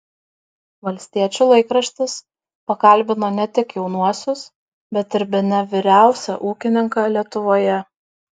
valstiečių laikraštis pakalbino ne tik jaunuosius bet ir bene vyriausią ūkininką lietuvoje